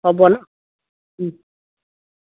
হ'ব ন